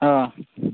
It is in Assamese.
অ